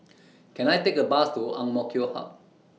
Can I Take A Bus to Ang Mo Kio Hub